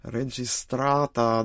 registrata